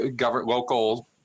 local